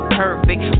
perfect